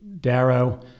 Darrow